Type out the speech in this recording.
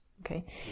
Okay